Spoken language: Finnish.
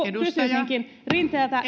kysyisinkin rinteeltä